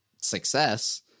success